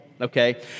okay